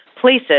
places